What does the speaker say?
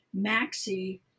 maxi